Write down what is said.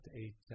eight